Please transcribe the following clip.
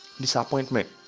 disappointment